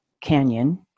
Canyon